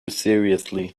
seriously